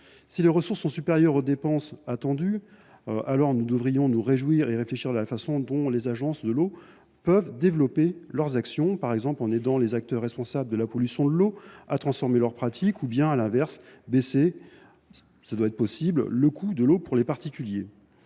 Si les ressources sont supérieures aux dépenses attendues, alors nous devrions nous réjouir et réfléchir à la façon dont les agences de l’eau peuvent développer leurs actions, par exemple en aidant les acteurs responsables de la pollution de l’eau à transformer leurs pratiques, ou bien, à l’inverse, baisser le coût de l’eau pour les particuliers